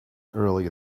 earlier